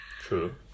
True